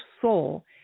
soul